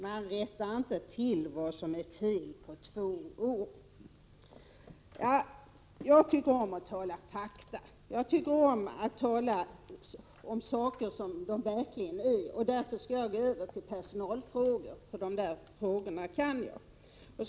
Man rättar inte till vad som är fel på två år. Jag tycker om att diskutera fakta. Jag tycker om att tala om saker och ting som de verkligen är. Därför skall jag övergå till personalfrågor — de frågorna kan jag.